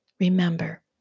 remember